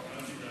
ההצעה